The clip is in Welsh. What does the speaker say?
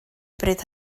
bryd